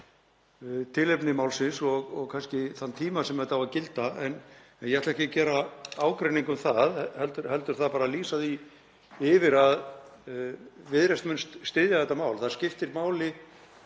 tilefni málsins og kannski þann tíma sem þetta á að gilda. En ég ætla ekki að gera ágreining um það heldur bara að lýsa því yfir að Viðreisn mun styðja þetta mál. Það skiptir máli